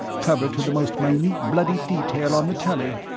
covered to the most minute bloody detail on the telly?